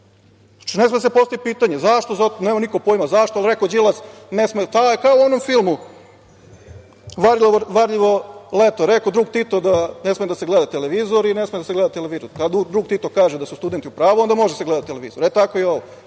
vlast? Znači, ne sme da se postavi pitanje. Zašto? Zato. Ne zna niko zašto, ali rekao je Đilas ne sme. To je kao u onom filmu Varljivo leto - rekao drug Tito da ne sme da se gleda televizor i ne sme da se gleda televizor. Kad drug Tito kaže da su studenti u pravo, onda može da se gleda televizor, e tako i ovo.